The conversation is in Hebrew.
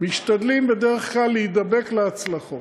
בדרך כלל, משתדלים להידבק להצלחות.